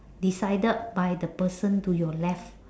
decided by the person to your left